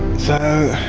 so,